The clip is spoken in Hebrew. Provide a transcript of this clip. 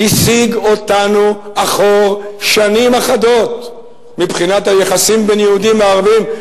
הסיג אותנו אחור שנים אחדות מבחינת היחסים בין יהודים וערבים.